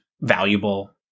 valuable